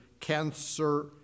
cancer